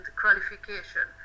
qualification